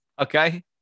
Okay